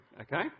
okay